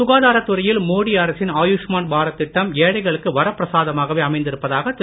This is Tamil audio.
சுகாதாரத் துறையில் மோடி அரசின் ஆயுஷ்மான் பாரத் திட்டம் ஏழைகளுக்கு வரப் பிரசாதமாகவே அமைந்திருப்பதாக திரு